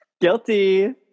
guilty